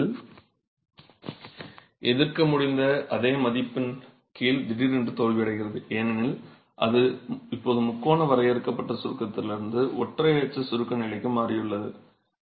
அதே மதிப்பில் எதிர்க்க முடிந்த அதே மதிப்பின் கீழ் திடீரென்று தோல்வியடைகிறது ஏனெனில் அது இப்போது முக்கோண வரையறுக்கப்பட்ட சுருக்கத்திலிருந்து ஒற்றை அச்சு சுருக்க நிலைக்கு மாறியுள்ளது